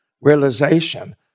realization